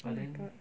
oh my god